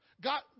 God